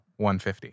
150